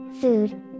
food